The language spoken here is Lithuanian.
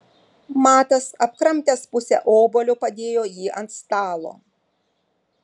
matas apkramtęs pusę obuolio padėjo jį ant stalo